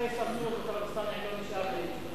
אחרי צרצור וטלב אלסאנע לא נשאר לי מה להגיד.